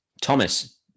Thomas